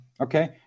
okay